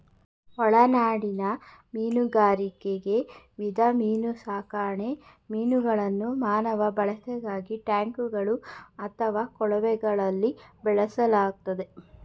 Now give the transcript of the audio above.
ಒಳನಾಡಿನ ಮೀನುಗಾರಿಕೆ ವಿಧ ಮೀನುಸಾಕಣೆ ಮೀನುಗಳನ್ನು ಮಾನವ ಬಳಕೆಗಾಗಿ ಟ್ಯಾಂಕ್ಗಳು ಅಥವಾ ಕೊಳಗಳಲ್ಲಿ ಬೆಳೆಸಲಾಗ್ತದೆ